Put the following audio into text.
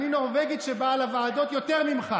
אני נורבגית שבאה לוועדות יותר ממך.